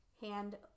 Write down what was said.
Hand